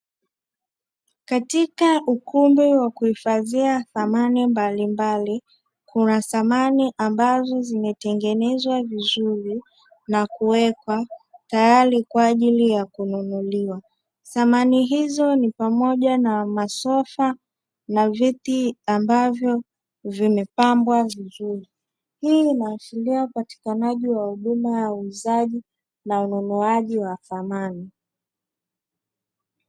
Katika ukumbi wa kuhifadhia samani mbalimbali, kuna samani ambazo zimetengenezwa vizuri na kuwekwa tayari kwa ajili ya kununuliwa. Samani hizo ni pamoja na masofa na viti ambavyo vimepambwa vizuri. Hii inaashiria upatikanaji wa huduma ya uuzaji na ununuaji wa samani.